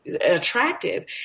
attractive